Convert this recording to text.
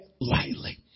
lightly